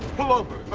pull over?